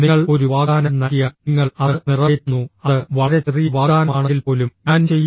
നിങ്ങൾ ഒരു വാഗ്ദാനം നൽകിയാൽ നിങ്ങൾ അത് നിറവേറ്റുന്നു അത് വളരെ ചെറിയ വാഗ്ദാനമാണെങ്കിൽപ്പോലും ഞാൻ ചെയ്യും